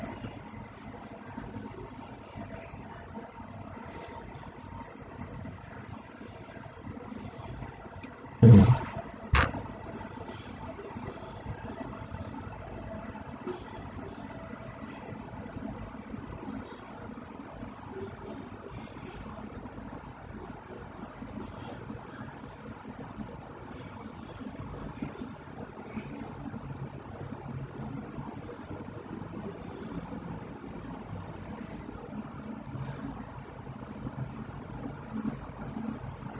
mmhmm